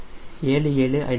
77 அடி